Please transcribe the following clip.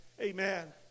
Amen